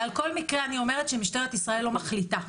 על כל מקרה אני אומרת שמשטרת ישראל לא מחליטה.